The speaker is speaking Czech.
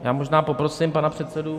Já možná poprosím pana předsedu...